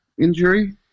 injury